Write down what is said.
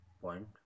point